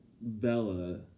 bella